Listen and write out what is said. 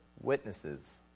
Witnesses